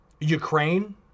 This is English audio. ukraine